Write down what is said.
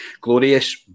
Glorious